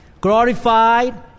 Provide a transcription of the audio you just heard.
glorified